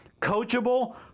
coachable